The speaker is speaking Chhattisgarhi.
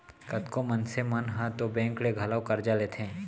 कतको मनसे मन ह तो बेंक ले घलौ करजा लेथें